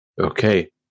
Okay